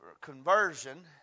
conversion